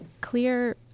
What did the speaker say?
clear